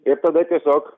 ir tada tiesiog